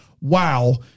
wow –